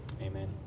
Amen